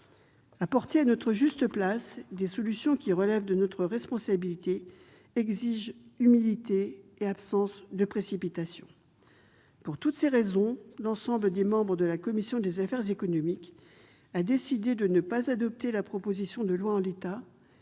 Apporter, à notre juste place, les solutions qui relèvent de notre responsabilité exige humilité et absence de précipitation. Pour toutes ces raisons, l'ensemble des membres de la commission des affaires économiques a décidé de ne pas adopter la proposition de loi en l'état,